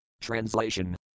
Translation